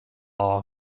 law